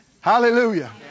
Hallelujah